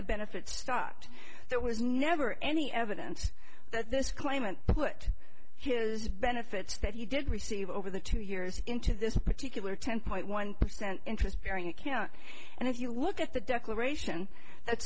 the benefits thought there was never any evidence that this claimant put his benefits that he did receive over the two years into this particular ten point one percent interest bearing account and if you look at the declaration that